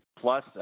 Plus